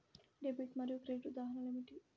Debit మరియు credit ఉదాహరణలు ఏమిటీ?